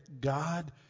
God